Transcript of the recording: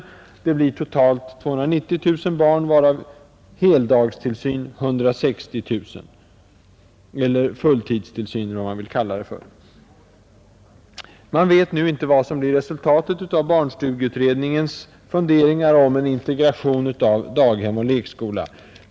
Det blir totalt 290 000 barn, varav 160 000 i heldagstillsyn. Man vet nu inte vad som blir resultatet av barnstugeutredningens funderingar om en integration av daghem och lekskola.